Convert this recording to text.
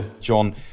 John